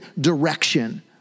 direction